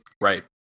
right